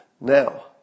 Now